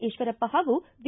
ಈಶ್ವರಪ್ಪ ಹಾಗೂ ವಿ